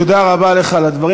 תודה רבה לך על הדברים.